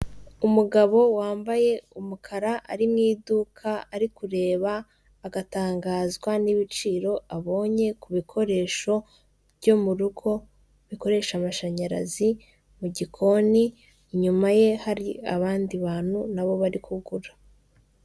Umugabo wambaye umukara ari mu iduka ari kureba agatangazwa n'ibiciro abonye ku bikoresho byo mu rugo bikoresha amashanyarazi mu gikoni inyuma ye hari abandi bantu nabo bari kugura .